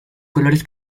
colores